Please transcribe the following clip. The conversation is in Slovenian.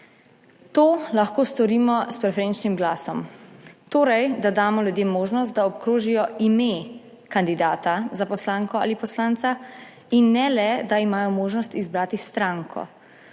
To lahko storimo s preferenčnim glasom, torej da damo ljudem možnost, da obkrožijo ime kandidata za poslanko ali poslanca in ne le, da imajo možnost izbrati stranko.